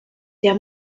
der